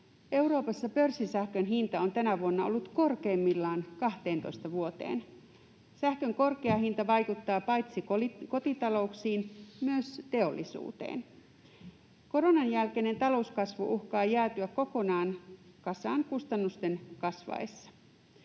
Euroopassa pörssisähkön hinta on tänä vuonna ollut korkeimmillaan 12 vuoteen. Sähkön korkea hinta vaikuttaa paitsi kotitalouksiin myös teollisuuteen. Koronan jälkeinen talouskasvu uhkaa jäätyä kokonaan kasaan kustannusten kasvaessa.